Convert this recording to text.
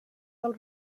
del